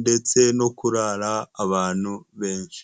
ndetse no kurara abantu benshi.